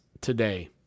today